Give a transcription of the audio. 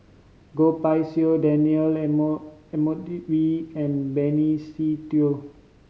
Goh Pei Siong Daniel Edmund Wee and Benny Se Teo